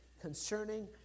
concerning